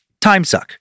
timesuck